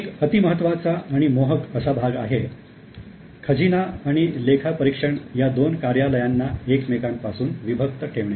एक अतिमहत्त्वाचा आणि मोहक असा भाग आहे खजिना आणि लेखापरीक्षण या दोन कार्यालयांना एकमेकां पासून विभक्त ठेवणे